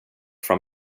from